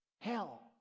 hell